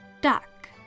Duck